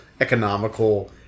economical